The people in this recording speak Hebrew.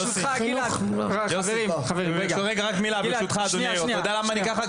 ברשותך אדוני היו״ר, אתה יודע למה אני ככה?